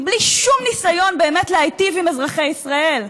בלי שום ניסיון להיטיב עם אזרחי ישראל?